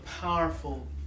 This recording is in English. powerful